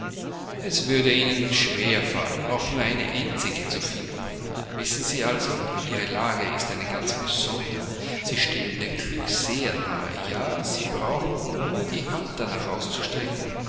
es würde ihnen schwer fallen auch nur eine einzige zu finden wissen sie also ihre lage ist eine ganz besondere sie stehen dem glücke sehr nahe ja sie brauchen nur die hand danach auszustrecken